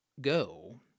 go